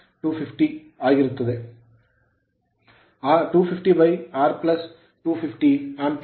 250R 250 Ampere ampere